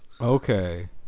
okay